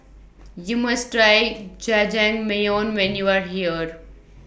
YOU must Try Jajangmyeon when YOU Are here